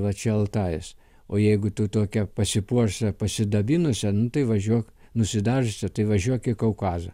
va čia altajus o jeigu tu tokią pasipuošusią pasidabinusią nu tai važiuok nusidažiusią tai važiuok į kaukazą